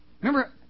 Remember